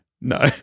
no